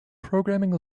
programming